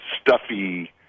stuffy